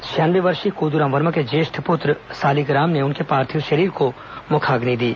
छियानवे वर्षीय कोद्राम वर्मा के ज्येष्ठ पृत्र सालिक राम ने उनके पार्थिव शरीर को मुखाग्नि दी